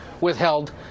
withheld